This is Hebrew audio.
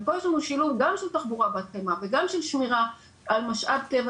ופה יש לנו שילוב גם של תחבורה בת קיימא וגם של שמירה על משאב טבע